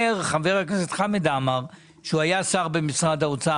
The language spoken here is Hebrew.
שר במשרד האוצר,